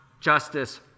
justice